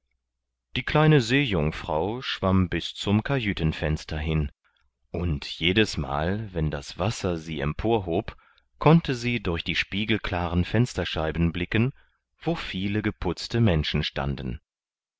die kleine seejungfrau schwamm bis zum kajütenfenster hin und jedesmal wenn das wasser sie emporhob konnte sie durch die spiegelklaren fensterscheiben blicken wo viele geputzte menschen standen